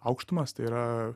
aukštumas tai yra